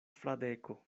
fradeko